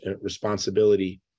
responsibility